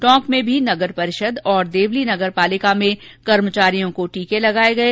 टोंक में भी नगर परिषद और देवली नगर पालिका में कर्मचारियों को टीके लगाये गये